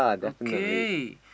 okay